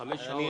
חמש שעות?